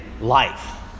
life